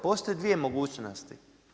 Postoje dvije mogućnosti.